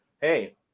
Hey